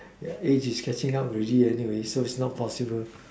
it is stretching out really anyway so it's not possible